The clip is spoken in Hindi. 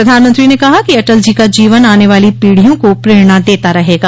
प्रधानमंत्री ने कहा कि अटल जी का जीवन आने वाली पीढियों को प्रेरणा देता रहेगा